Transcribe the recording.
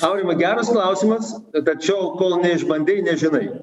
aurimai geras klausimas tačiau kol neišbandei nežinai